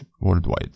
worldwide